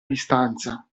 distanza